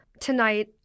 Tonight